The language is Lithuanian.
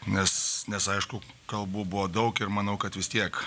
nes nes aišku kalbų buvo daug ir manau kad vis tiek